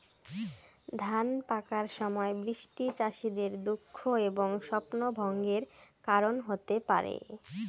ধান পাকার সময় বৃষ্টি চাষীদের দুঃখ এবং স্বপ্নভঙ্গের কারণ হতে পারে